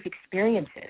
experiences